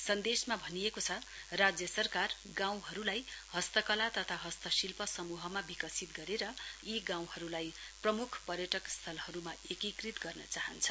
सन्देशमा भनिएको छ राज्य सरकार गाँउहरूलाई हस्तकला तथा हस्तशिल्प समूहमा विकसित गरेर यी गाँउहरूलाई प्रमुख पर्यटक स्थलहरूमा एकीकृत गर्न चाहन्छ